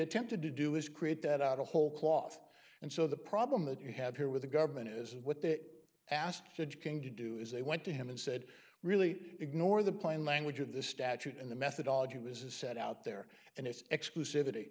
attempted to do is create that out of whole cloth and so the problem that you have here with the government is what they ask judge king to do is they went to him and said really ignore the plain language of the statute and the methodology was a set out there and it's exclusiv